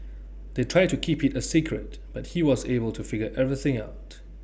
they tried to keep IT A secret but he was able to figure everything out